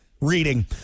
reading